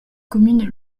communes